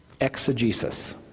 exegesis